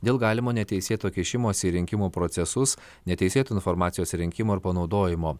dėl galimo neteisėto kišimosi į rinkimų procesus neteisėto informacijos rinkimo ir panaudojimo